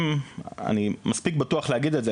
אני מספיק בטוח להגיד את זה,